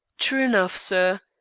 true enough, sir.